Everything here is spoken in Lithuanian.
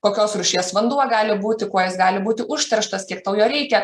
kokios rūšies vanduo gali būti kuo jis gali būti užterštas kiek tau jo reikia